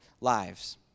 lives